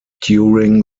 during